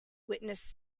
witnessed